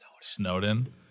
Snowden